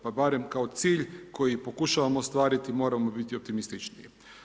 Pa barem kao cilj koji pokušavamo ostvariti moramo biti optimističniji.